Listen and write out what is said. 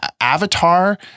avatar